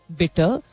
bitter